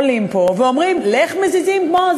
עולים פה ואומרים: איך מזיזים כמו,